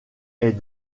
est